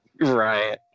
Right